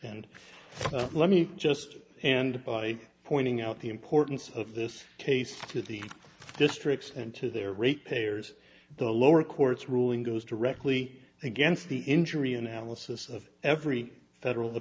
and let me just and by pointing out the importance of this case to the districts and to their rate payers the lower court's ruling goes directly against the injury analysis of every federal